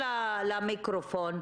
אמשיך, ברשותכם.